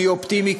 אני אופטימי,